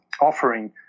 offering